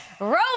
Roman